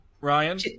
ryan